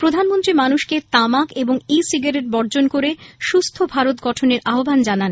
প্রধানমন্ত্রী মানুষকে তামাক এবং ই সিগারেট বর্জন করে সুস্থ ভারত গঠনের আহ্বান জানান